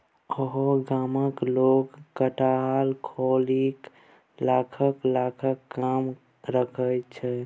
ओहि गामक लोग खटाल खोलिकए लाखक लाखक कमा रहल छै